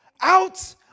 out